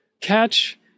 catch